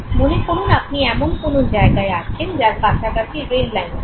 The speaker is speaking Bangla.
মনে করুন আপনি এমন কোন জায়গায় আছেন যার কাছাকাছি রেললাইন আছে